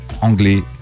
anglais «